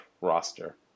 roster